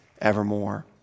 evermore